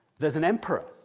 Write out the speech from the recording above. there's an emperor,